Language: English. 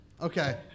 Okay